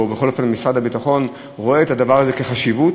או בכל אופן משרד הביטחון רואה את הדבר הזה כחשוב,